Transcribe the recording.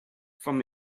from